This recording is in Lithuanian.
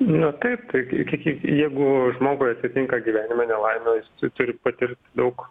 nu taip tai iki kiek jeigu žmogui atsitinka gyvenime nelaimė jis turi patirt daug